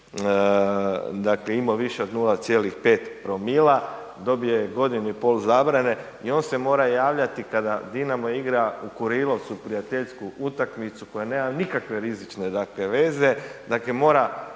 je imao više od 0,5‰, dobije godinu i pol zabrane i on se mora javljati kada Dinamo igra u Kurilovcu prijateljsku utakmicu, koja nema nikakve rizične veze, dakle mora